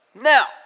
Now